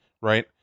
right